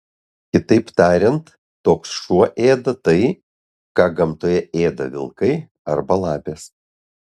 kitaip tariant toks šuo ėda tai ką gamtoje ėda vilkai arba lapės